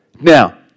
Now